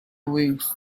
wings